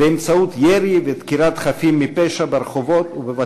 באמצעות ירי ודקירת חפים מפשע ברחובות ובבתים.